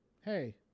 hey